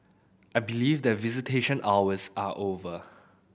I believe that visitation hours are over